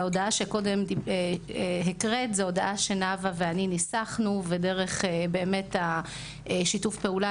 ההודעה שהקראת היא הודעה שנאוה ואני ניסחנו ודרך שיתוף הפעולה